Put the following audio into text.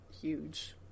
huge